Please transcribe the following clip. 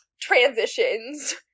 transitions